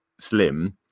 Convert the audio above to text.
Slim